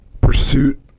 pursuit